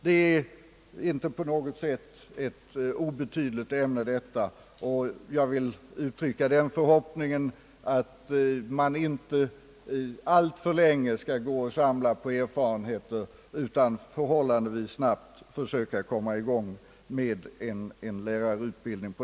Det är sålunda inte på något sätt ett obetydligt ämne och jag vill uttrycka den förhoppningen att man inte alltför länge skall gå och samla på erfarenheter utan förhållandevis snabbt försöka komma i gång med en lärarutbildning.